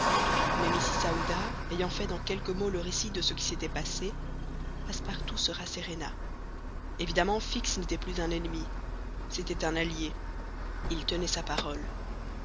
mrs aouda ayant fait en quelques mots le récit de ce qui s'était passé passepartout se rasséréna évidemment fix n'était plus un ennemi c'était un allié il tenait sa parole